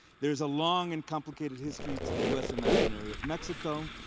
there's a long and complicated history to the us imaginary of mexico,